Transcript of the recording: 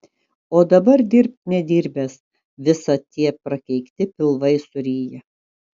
o dabar dirbk nedirbęs visa tie prakeikti pilvai suryja